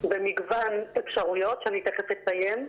במגוון אפשרויות, שתכף אציין.